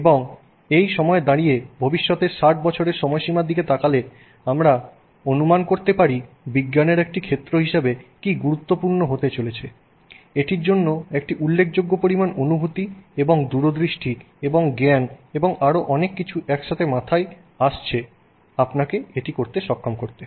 এবং এই সময়ে দাঁড়িয়ে ভবিষ্যতের 60 বছরের সময়সীমার দিকে তাকালে আমরা অনুমান করতে পারি বিজ্ঞানের একটি ক্ষেত্র হিসেবে কি গুরুত্বপূর্ণ হতে চলেছে এটির জন্য একটি উল্লেখযোগ্য পরিমাণ অনুভূতি এবং দূরদৃষ্টি এবং জ্ঞান এবং আরো অন্যান্য অনেক কিছু একসাথে মাথায় আসছে আপনাকে এটি করতে সক্ষম করতে